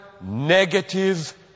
negative